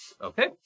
Okay